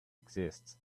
exist